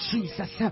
Jesus